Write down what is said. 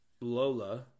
Lola